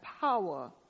power